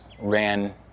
ran